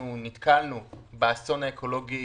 נתקלנו באסון האקולוגי